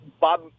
Bob